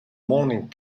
morning